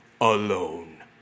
alone